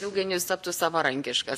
ilgainiui jis taptų savarankiškas